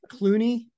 Clooney